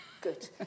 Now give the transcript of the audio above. Good